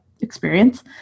experience